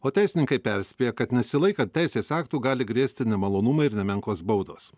o teisininkai perspėja kad nesilaikant teisės aktų gali grėsti nemalonumai ir nemenkos baudos